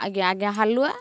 ଆଜ୍ଞା ଆଜ୍ଞା ହାଲୁଆ